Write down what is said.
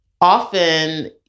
often